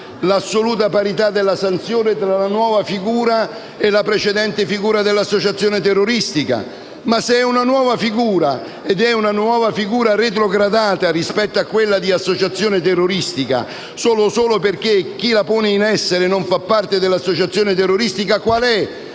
dell'assoluta parità della sanzione tra la nuova figura e la precedente figura dell'associazione terroristica. Ma se si tratta di una nuova figura, retrogradata rispetto a quella di associazione terroristica, solo perché chi la pone in essere non fa parte dell'associazione terroristica, qual è